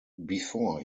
before